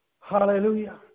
Hallelujah